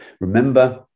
Remember